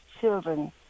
children